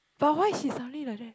but why she suddenly like that